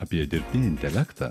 apie dirbtinį intelektą